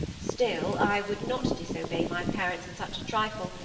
still, i would not disobey my parents in such a trifle,